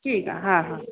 ठीकु आहे हा हा